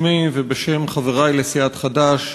בשמי ובשם חברי לסיעת חד"ש,